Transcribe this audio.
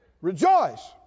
rejoice